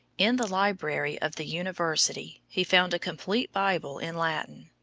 in the library of the university he found a complete bible in latin.